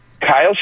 Kyle